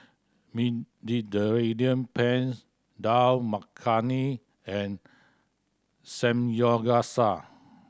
Mediterranean Penne Dal Makhani and Samyogasa